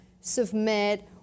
submit